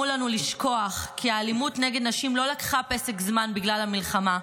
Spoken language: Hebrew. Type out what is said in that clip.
לנו לשכוח כי האלימות נגד נשים לא לקחה פסק זמן בגלל המלחמה.